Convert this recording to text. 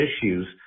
issues